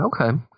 Okay